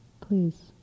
Please